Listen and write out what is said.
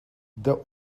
the